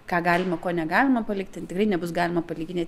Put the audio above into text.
ką galima ko negalima palikti tikrai nebus galima palikinėt